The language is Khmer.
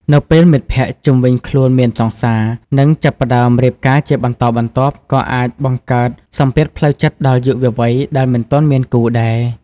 នៅពេលមិត្តភក្តិជុំវិញខ្លួនមានសង្សារ នឹងចាប់ផ្តើមរៀបការជាបន្តបន្ទាប់ ក៏អាចបង្កើតសម្ពាធផ្លូវចិត្តដល់យុវវ័យដែលមិនទាន់មានគូដែរ ។